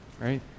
right